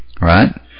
right